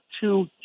two